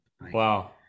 Wow